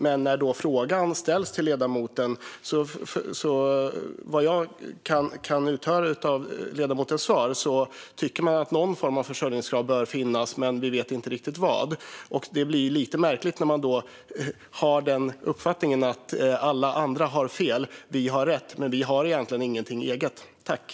Vad jag kan förstå av ledamotens svar tycker dock Centerpartiet att någon form av försörjningskrav bör finnas, men man vet inte riktigt vad. Det blir lite märkligt att ha uppfattningen att alla andra har fel och att man själv har rätt när man egentligen inte har någonting eget.